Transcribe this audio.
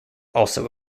also